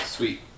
Sweet